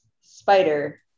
spider